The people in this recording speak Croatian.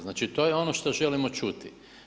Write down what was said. Znači to je ono što želimo čuti.